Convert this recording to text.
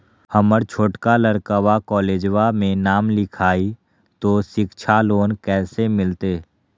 हमर छोटका लड़कवा कोलेजवा मे नाम लिखाई, तो सिच्छा लोन कैसे मिलते?